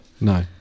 No